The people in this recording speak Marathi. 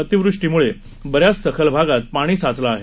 अतिवृष्टीमुळे बऱ्याच सखल भागात पाणी साचलं आहे